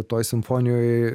toj simfonijoj